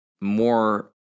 more